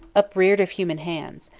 upreared of human hands.